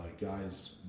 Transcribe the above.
guys